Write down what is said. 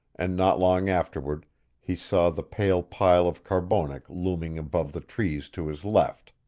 and not long afterward he saw the pale pile of carbonek looming above the trees to his left,